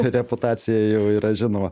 reputacija jau yra žinoma